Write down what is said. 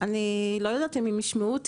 אני לא יודעת אם האופוזיציה